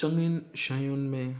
चङिनि शयुनि में